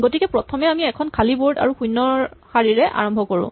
গতিকে প্ৰথমে আমি এখন খালী বৰ্ড আৰু শূণ্য শাৰীৰে আৰম্ভ কৰো